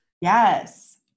Yes